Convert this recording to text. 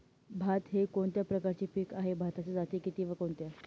भात हे कोणत्या प्रकारचे पीक आहे? भाताच्या जाती किती व कोणत्या?